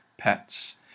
pets